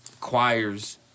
choirs